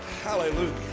Hallelujah